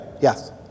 Yes